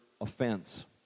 offense